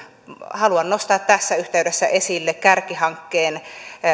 haluan nostaa tässä yhteydessä esille kärkihankkeen